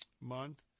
month